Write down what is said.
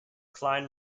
klein